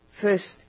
first